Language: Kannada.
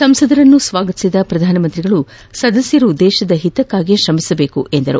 ಸಂಸದರನ್ನು ಸ್ನಾಗತಿಸಿದ ಪ್ರಧಾನಮಂತ್ರಿ ಸದಸ್ನರು ದೇಶದ ಹಿತಕ್ಕಾಗಿ ಶ್ರಮಿಸಬೇಕು ಎಂದು ಹೇಳಿದರು